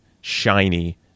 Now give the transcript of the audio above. shiny